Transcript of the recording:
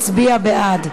הצביעה בעד.